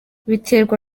biterwa